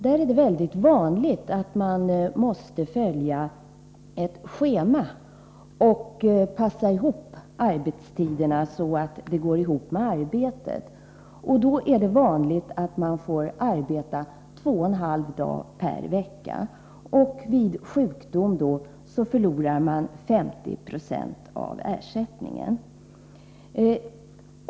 Där är det mycket vanligt att man måste följa ett schema och passa samman arbetstiderna, så att de går ihop med arbetet. Ofta får man då arbeta två och en halv dag per vecka. Vid sjukdom förlorar man i sådana fall 50 96 av ersättningen.